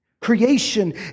Creation